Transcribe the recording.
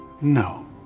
no